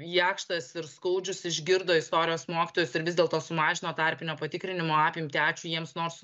jakštas ir skaudžius išgirdo istorijos mokytojus ir vis dėlto sumažino tarpinio patikrinimo apimtį ačiū jiems nors